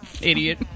idiot